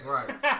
Right